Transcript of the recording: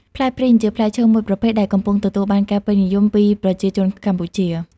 ផ្លែព្រីង ជាផ្លែឈើមួយប្រភេទដែលកំពុងទទួលបានការពេញនិយមពីប្រជាជនកម្ពុជា។